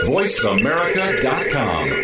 VoiceAmerica.com